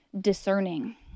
discerning